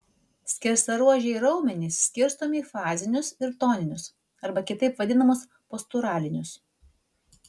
skersaruožiai raumenys skirstomi į fazinius ir toninius arba kitaip vadinamus posturalinius